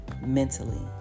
mentally